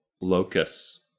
locus